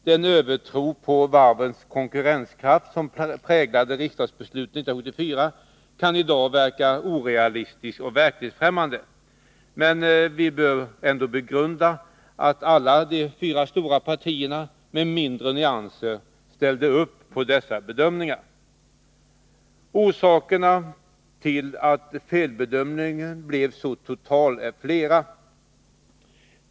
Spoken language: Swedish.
Den övertro på varvens konkurrenskraft som präglade riksdagsbeslutet 1974 kan i dag verka orealistisk och verklighetsfrämmande, men vi bör ändå begrunda att alla de fyra partierna, med mindre nyanser, ställde upp på dessa bedömningar. Orsakerna till att felbedömningen blev så total är flera.